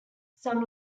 some